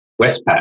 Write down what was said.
Westpac